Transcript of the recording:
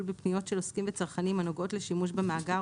בפניות של עוסקים וצרכנים הנוגעות לשימוש במאגר,